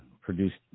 produced